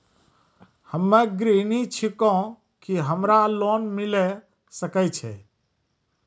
हम्मे गृहिणी छिकौं, की हमरा लोन मिले सकय छै?